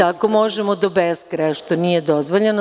Tako možemo do beskraja, što nije dozvoljeno.